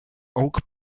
oak